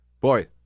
Boy